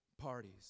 parties